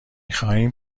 خواهیم